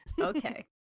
okay